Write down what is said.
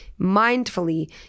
mindfully